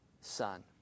son